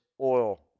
oil